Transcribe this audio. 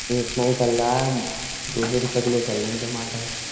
ये इतना ही चल रहा है दो सौ रुपये किलो चल रहें हैं टिमाटर